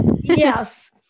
Yes